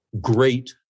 great